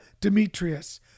Demetrius